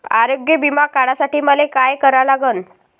आरोग्य बिमा काढासाठी मले काय करा लागन?